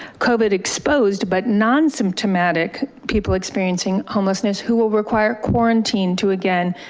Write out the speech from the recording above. covid exposed but non symptomatic people experiencing homelessness who will require quarantine to again,